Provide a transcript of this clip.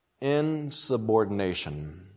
Insubordination